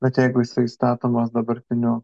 bet jeigu jisai statomas dabartiniu